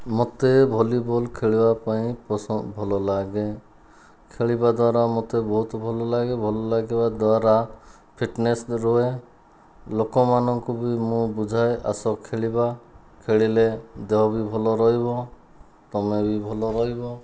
ମୋତେ ଭଲିବଲ୍ ଖେଳିବା ପାଇଁ ପସନ୍ଦ ଭଲ ଲାଗେ ଖେଳିବା ଦ୍ୱାରା ମୋତେ ବହୁତ ଭଲ ଲାଗେ ଭଲ ଲାଗିବା ଦ୍ୱାରା ଫିଟନେସ୍ ରୁହେ ଲୋକମନଙ୍କୁ ବି ମୁଁ ବୁଝାଏ ଆସ ଖେଳିବା ଖେଳିଲେ ଦେହ ବି ଭଲ ରହିବ ତୁମେ ବି ଭଲ ରହିବ